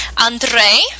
andre